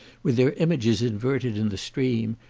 with their images inverted in the stream,